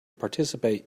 participate